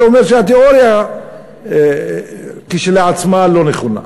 זה אומר שהתיאוריה כשלעצמה לא נכונה.